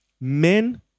men